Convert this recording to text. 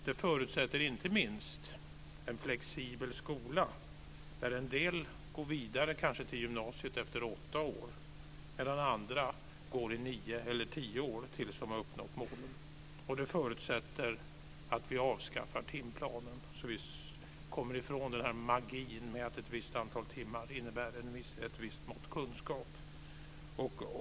Det förutsätter inte minst en flexibel skola, där en del kanske går vidare till gymnasiet efter åtta år medan andra går i nio eller tio år till dess att de har uppnått målen. Det förutsätter också att vi avskaffar timplanen så att vi kommer ifrån den här magin med att ett visst antal timmar innebär ett visst mått kunskap.